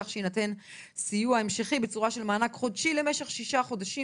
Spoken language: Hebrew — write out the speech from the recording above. כך שינתן סיוע המשכי בצורה של מענק חודשי למשך שישה חודשים